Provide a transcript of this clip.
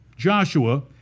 joshua